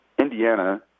Indiana